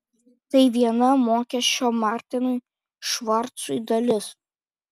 tai viena mokesčio martinui švarcui dalis